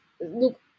look